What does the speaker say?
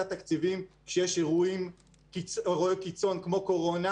תקציבים כשיש אירועי קיצון כמו קורונה